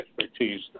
expertise